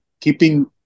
keeping